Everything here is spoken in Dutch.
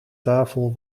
tafel